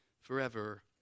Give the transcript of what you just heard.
forever